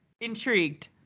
intrigued